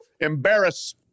embarrass